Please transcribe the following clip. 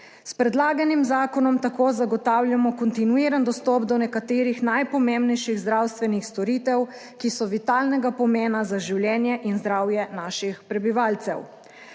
S predlaganim zakonom tako zagotavljamo kontinuiran dostop do nekaterih najpomembnejših zdravstvenih storitev, ki so vitalnega pomena za življenje in zdravje naših prebivalcev.